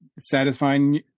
satisfying